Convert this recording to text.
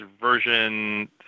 version